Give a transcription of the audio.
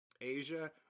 Asia